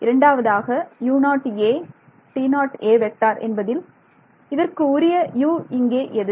இரண்டாவதாக என்பதில் இதற்கு உரிய U இங்கே எது